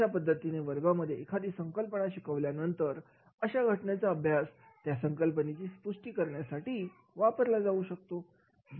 अशा पद्धतीने वर्गामध्ये एखादी संकल्पना शिकवल्यानंतर अशा घटनेचा अभ्यास त्या संकल्पनेची पुष्टी करण्यासाठी दिला जाऊ शकतो